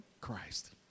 Christ